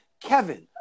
Kevin